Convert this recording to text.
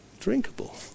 drinkable